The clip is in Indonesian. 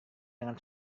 dengan